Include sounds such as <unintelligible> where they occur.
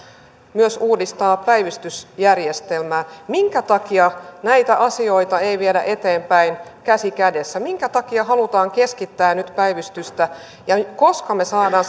myös päivystysjärjestelmää minkä takia näitä asioita ei viedä eteenpäin käsi kädessä minkä takia halutaan keskittää nyt päivystystä ja koska me saamme <unintelligible>